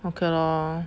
okay lor